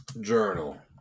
Journal